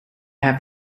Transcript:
have